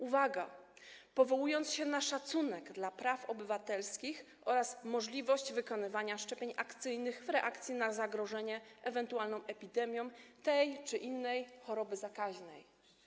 Uwaga: powołując się na szacunek dla praw obywatelskich oraz możliwość wykonywania szczepień akcyjnych w reakcji na zagrożenie ewentualną epidemią tej czy innej choroby zakaźnej.